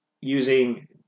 using